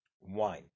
wine